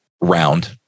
round